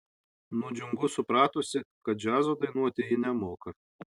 nudžiungu supratusi kad džiazo dainuoti ji nemoka